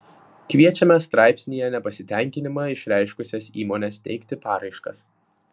kviečiame straipsnyje nepasitenkinimą išreiškusias įmones teikti paraiškas